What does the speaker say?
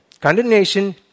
Condemnation